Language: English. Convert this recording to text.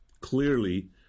clearly